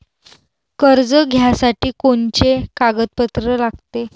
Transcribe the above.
कर्ज घ्यासाठी कोनचे कागदपत्र लागते?